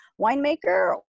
winemaker